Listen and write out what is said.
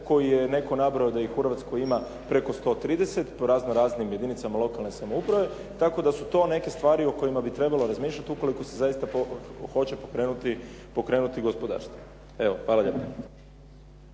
koje je netko nabrojao da ih u Hrvatskoj ima preko 130 po razno raznim jedinicama lokalne samouprave, tako da su to neke stvari o kojima bi trebalo razmišljati ukoliko se zaista hoće pokrenuti gospodarstvo. Hvala lijepa.